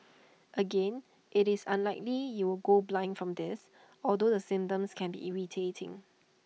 again IT is unlikely you will go blind from this although the symptoms can be irritating